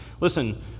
Listen